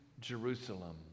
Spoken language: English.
Jerusalem